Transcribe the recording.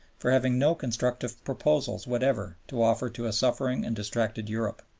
for having no constructive proposals whatever to offer to a suffering and distracted europe.